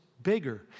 bigger